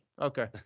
Okay